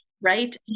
Right